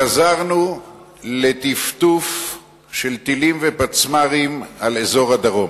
חזרנו לטפטוף של טילים ופצמ"רים על אזור הדרום.